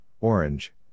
Orange